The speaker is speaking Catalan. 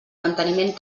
manteniment